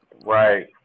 right